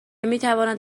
میتواند